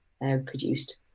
produced